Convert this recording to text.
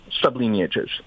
sublineages